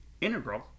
integral